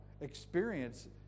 Experience